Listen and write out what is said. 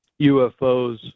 UFOs